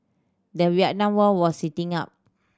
the Vietnam War was heating up